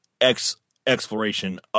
exploration